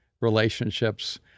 relationships